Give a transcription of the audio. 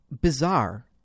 bizarre